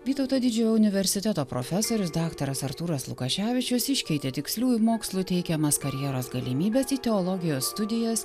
vytauto didžiojo universiteto profesorius daktaras artūras lukaševičius iškeitė tiksliųjų mokslų teikiamas karjeros galimybes į teologijos studijas